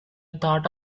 thought